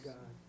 God